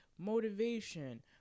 motivation